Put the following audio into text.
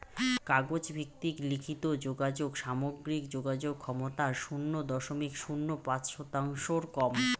কাগজ ভিত্তিক লিখিত যোগাযোগ সামগ্রিক যোগাযোগ ক্ষমতার শুন্য দশমিক শূন্য পাঁচ শতাংশর কম